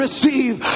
Receive